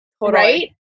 Right